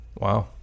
Wow